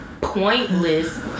pointless